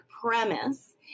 premise